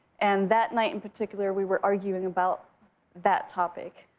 and that night in particular, we were arguing about that topic.